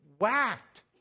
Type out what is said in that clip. whacked